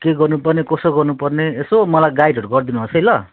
के गर्नुपर्ने कसो गर्नुपर्ने यसो मलाई गाइडहरू गर्दिनुहोस् है ल